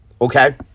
Okay